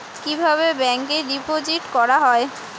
কিভাবে ব্যাংকে ডিপোজিট করা হয়?